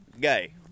gay